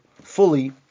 fully